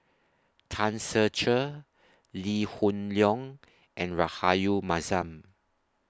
Tan Ser Cher Lee Hoon Leong and Rahayu Mahzam